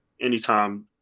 anytime